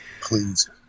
Please